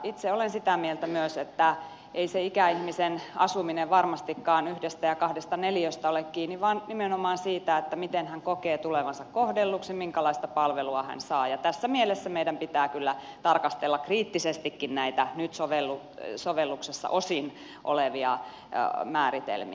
itse olen sitä mieltä myös että ei se ikäihmisen asuminen varmastikaan yhdestä ja kahdesta neliöstä ole kiinni vaan nimenomaan siitä miten hän kokee tulevansa kohdelluksi minkälaista palvelua hän saa ja tässä mielessä meidän pitää kyllä tarkastella kriittisestikin näitä nyt sovelluksessa osin olevia määritelmiä